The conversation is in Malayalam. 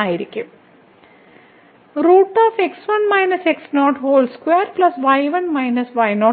ആയിരിക്കും